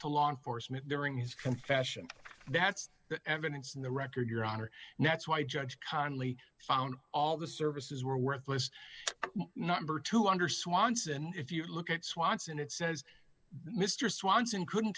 to law enforcement during his confession that's the evidence in the record your honor and that's why judge conley found all the services were worthless number two under swanson if you look at swanson it says mr swanson couldn't